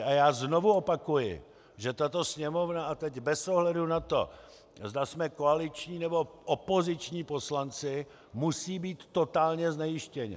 A já znovu opakuji, že tato Sněmovna, a teď bez ohledu na to, zda jsme koaliční, nebo opoziční poslanci, musí být totálně znejistěna.